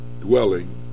dwelling